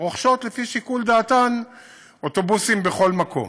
רוכשות לפי שיקול דעתן אוטובוסים בכל מקום.